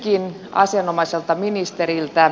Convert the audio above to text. kysynkin asianomaiselta ministeriltä